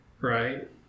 Right